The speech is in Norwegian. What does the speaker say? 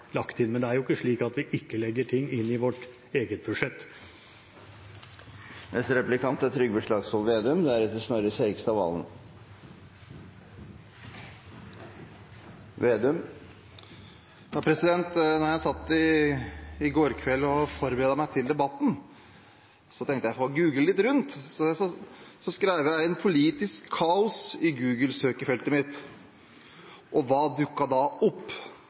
lagt inn. Men det er jo ikke slik at vi ikke legger ting inn i vårt eget budsjett. Da jeg satt i går kveld og forberedte meg til debatten, tenkte jeg at jeg får google litt rundt. Så skrev jeg inn «politisk kaos» i Google-søkefeltet mitt, og hva dukket da opp?